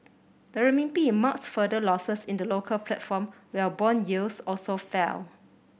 the Renminbi marked further losses in the local platform while bond yields also fell